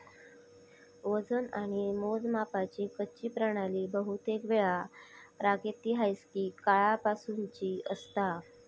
वजन आणि मोजमापाची कच्ची प्रणाली बहुतेकवेळा प्रागैतिहासिक काळापासूनची असता